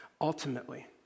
ultimately